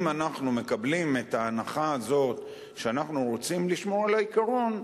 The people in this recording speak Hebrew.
אם אנחנו מקבלים את ההנחה הזאת שאנחנו רוצים לשמור על העיקרון,